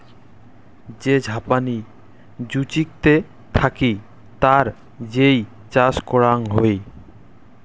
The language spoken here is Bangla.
যে ঝাপনি জুচিকতে থাকি তার যেই চাষ করাং হই